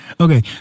Okay